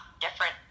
different